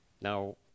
Now